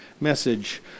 message